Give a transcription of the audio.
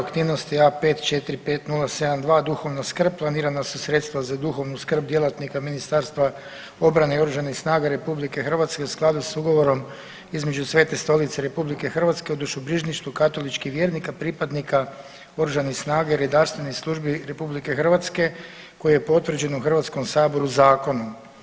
Aktivnosti A545072 duhovna skrb planirana su sredstva za duhovnu skrb djelatnika Ministarstva obrane i Oružanih snaga RH u skladu sa Ugovorom između Svete Stolice i Republike Hrvatske o dušebrižništvu katoličkih vjernika, pripadnika Oružanih snaga i redarstvenih službi RH koji je potvrđen u Hrvatskom saboru zakonom.